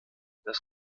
das